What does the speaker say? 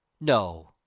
No